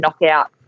knockout